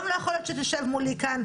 גם לא יכול להיות שתשב מולי כאן,